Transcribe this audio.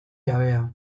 jabea